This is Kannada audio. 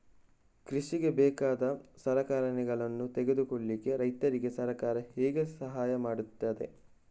ಕೃಷಿಗೆ ಬೇಕಾದ ಸಲಕರಣೆಗಳನ್ನು ತೆಗೆದುಕೊಳ್ಳಿಕೆ ರೈತರಿಗೆ ಸರ್ಕಾರ ಹೇಗೆ ಸಹಾಯ ಮಾಡ್ತದೆ?